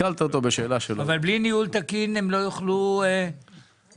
אבל בלי ניהול תקין הם לא יוכלו להתקדם,